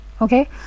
okay